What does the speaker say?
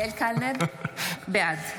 (קוראת בשם חבר הכנסת) אריאל קלנר, בעד זהו?